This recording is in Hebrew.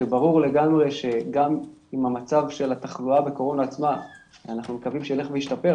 כשברור לגמרי שגם אם המצב של התחלואה בקורונה עצמה ילך וישתפר,